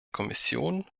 kommission